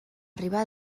arribar